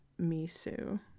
Misu